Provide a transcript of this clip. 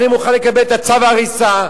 אני מוכן לקבל את צו ההריסה.